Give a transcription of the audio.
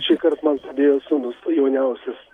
šįkart man padėjo sūnus jauniausius